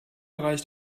reicht